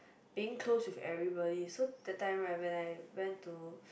being close to everybody so that time right when I when to